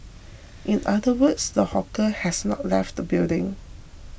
in other words the hawker has not left the building